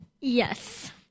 Yes